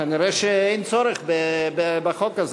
כנראה שאין צורך בחוק הזה.